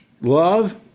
love